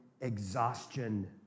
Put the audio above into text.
exhaustion